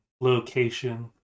location